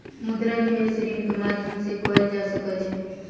मुद्रा निवेश ऋण के माध्यम से कएल जा सकै छै